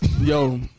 Yo